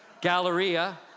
Galleria